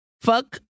Fuck